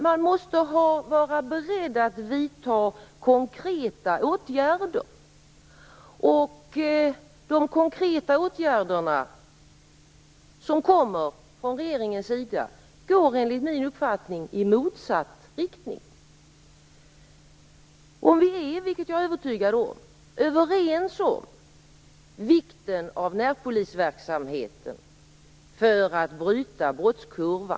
Man måste också vara beredd att vidta konkreta åtgärder. De konkreta åtgärder som kommer från regeringens sida går enligt min uppfattning i motsatt riktning. Vi är, det är jag övertygad om, överens om vikten av närpolisverksamhet för att bryta brottskurvan.